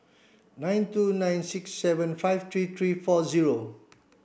nine two nine six seven five three three four zero